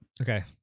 Okay